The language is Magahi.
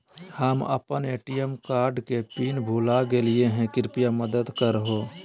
हम अप्पन ए.टी.एम कार्ड के पिन भुला गेलिओ हे कृपया मदद कर हो